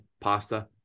pasta